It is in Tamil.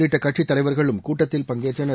உள்ளிட்ட கட்சி தலைவர்களும் கூட்டத்தில் பங்கேற்றனர்